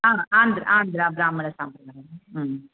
Andhra आन्ध्रब्राह्मणसंप्रदायः